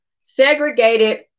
segregated